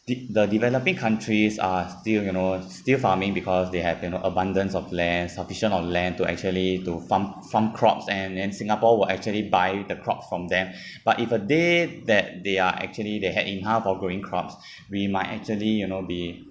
de~ the developing countries are still you know still farming because they have you know abundance of land sufficient of land to actually to farm farm crops and then singapore will actually buy the crops from them but if a day that they are actually they had enough of growing crops we might actually you know be